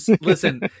listen